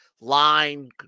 line